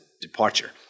departure